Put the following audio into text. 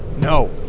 No